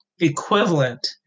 equivalent